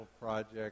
Project